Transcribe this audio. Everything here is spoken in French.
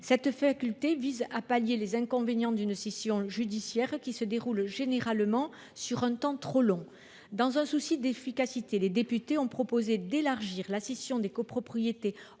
Cette faculté vise à pallier les inconvénients d’une scission judiciaire, qui se déroule généralement sur un temps trop long. Dans un souci d’efficacité, les députés ont proposé d’élargir la scission des copropriétés